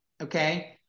okay